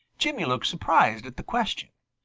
jimmy looked surprised at the question.